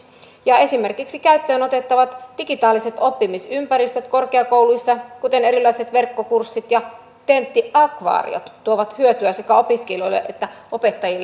ja esimerkiksi käyttöön otettavat digitaaliset oppimisympäristöt korkeakouluissa kuten erilaiset verkkokurssit ja tenttiakvaariot tuovat hyötyä sekä opiskelijoille että opettajille